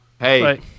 Hey